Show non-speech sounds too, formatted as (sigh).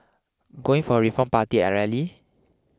going for a Reform Party (hesitation) rally